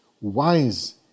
wise